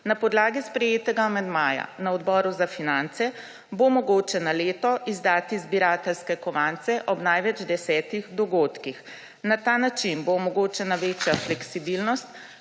Na podlagi sprejetega amandmaja na Odboru za finance bo mogoče na leto izdati zbirateljske kovance ob največ desetih dogodkih. Na ta način bo omogočena večja fleksibilnost